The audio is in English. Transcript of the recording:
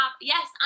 yes